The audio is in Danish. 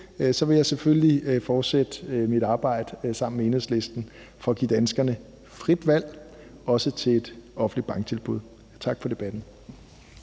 vil jeg selvfølgelig fortsætte mit arbejde sammen med Enhedslisten for at give danskerne frit valg, også til et offentligt banktilbud. Tak for debatten.